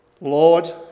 Lord